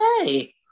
Hey